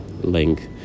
link